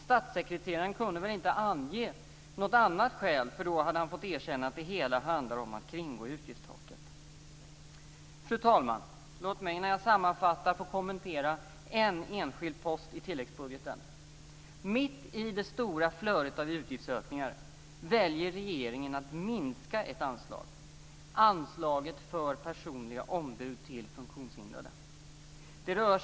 Statssekreteraren kunde väl inte ange något annat skäl, eftersom han då hade fått erkänna att det hela handlar om att kringgå utgiftstaket. Fru talman! Låt mig innan jag sammanfattar få kommentera en enskild post i tilläggsbudgeten. Mitt i det stora flödet av utgiftsökningar väljer regeringen att minska ett anslag, anslaget för personliga ombud till funktionshindrade.